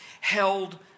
held